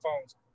phones